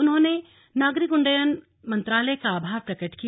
उन्होंने नागरिक उड्डयन मंत्रालय का आभार प्रकट किया